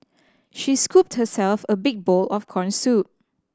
she scooped herself a big bowl of corn soup